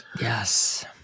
Yes